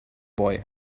boy